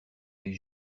les